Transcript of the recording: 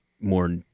more